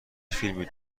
فیلمی